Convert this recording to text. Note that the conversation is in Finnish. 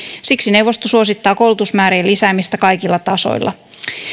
siksi neuvosto suosittaa koulutusmäärien lisäämistä kaikilla tasoilla